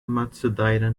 matsudaira